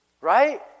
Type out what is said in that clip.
Right